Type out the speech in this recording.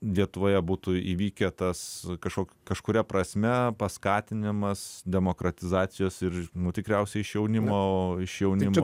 lietuvoje būtų įvykę tas kažko kažkuria prasme paskatinimas demokratizacijos ir nu tikriausiai iš jaunimo iš jaunimo